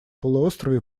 полуострове